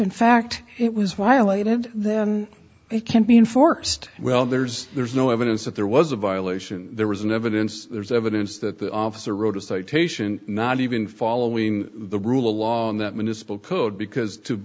in fact it was while a did then it can be enforced well there's there's no evidence that there was a violation there was no evidence there's evidence that the officer wrote a citation not even following the rule of law and